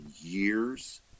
years